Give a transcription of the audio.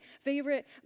favorite